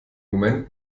moment